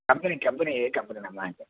company company ఏ company ma'am